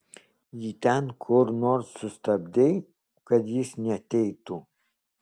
jį ten kur nors sustabdei kad jis neateitų